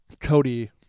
Cody